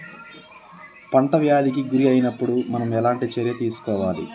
పంట వ్యాధి కి గురి అయినపుడు మనం ఎలాంటి చర్య తీసుకోవాలి?